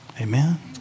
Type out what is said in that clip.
Amen